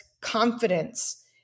confidence